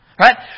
Right